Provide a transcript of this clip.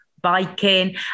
Biking